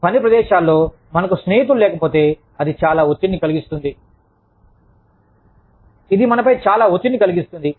పనిప్రదేశాల్లో మనకు స్నేహితులు లేకపోతే అది చాలా ఒత్తిడి కలిగిస్తుంది ఇది మనపై చాలా ఒత్తిడిని కలిగిస్తుంది